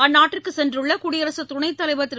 அந்நாட்டிற்குச் சென்றுள்ள குடியரசுத் துணைத் தலைவர் திரு